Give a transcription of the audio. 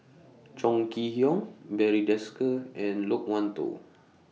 Chong Kee Hiong Barry Desker and Loke Wan Tho